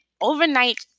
overnight